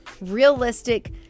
realistic